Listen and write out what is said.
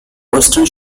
western